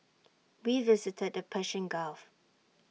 we visited the Persian gulf